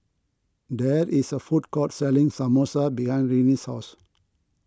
there is a food court selling Samosa behind Renee's house